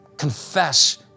confess